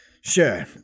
Sure